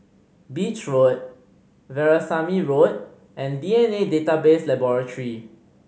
Beach Road Veerasamy Road and D N A Database Laboratory